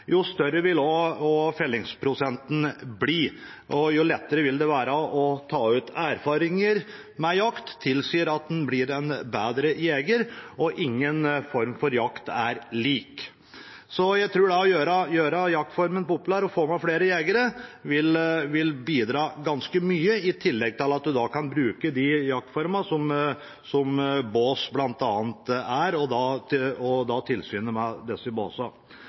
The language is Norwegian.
jo større vil fellingsprosenten bli, og jo lettere vil det være med uttak. Erfaring med jakt tilsier at en blir en bedre jeger, og ingen form for jakt er lik. Jeg tror at det å gjøre jaktformen populær og få med flere jegere vil bidra ganske mye, i tillegg til at en da kan bruke jaktformer som bl.a. bås og tilsyn med båsene. Så gjelder det bjørn. Der har vi egentlig en god forvaltning, vi har mange gode jegere med